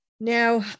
Now